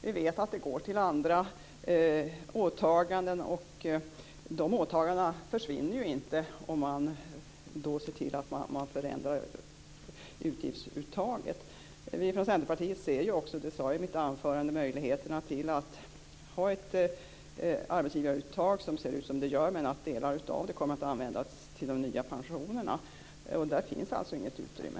Vi vet att de går till andra åtaganden. De åtagandena försvinner ju inte även om man ser till att förändra utgiftsuttaget. Som jag sade i mitt anförande ser vi i Centerpartiet möjligheterna till ett arbetgivaruttag som ser ut som i dag, men med delar som kan användas till de nya pensionerna. Där finns alltså inget utrymme.